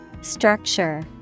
Structure